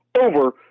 over